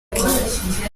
bwe